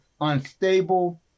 unstable